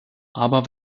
aber